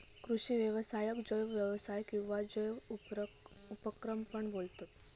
कृषि व्यवसायाक जैव व्यवसाय किंवा जैव उपक्रम पण बोलतत